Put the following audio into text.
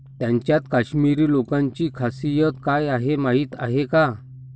त्यांच्यात काश्मिरी लोकांची खासियत काय आहे माहीत आहे का?